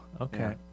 okay